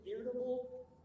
irritable